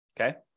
Okay